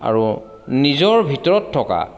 আৰু নিজৰ ভিতৰত থকা